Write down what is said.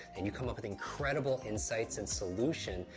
and you come up with incredible insights and solution.